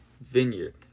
Vineyard